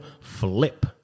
Flip